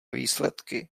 výsledky